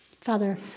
Father